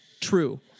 true